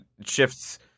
shifts